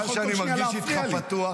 אתה יודע שאני מרגיש איתך פתוח,